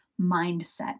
mindset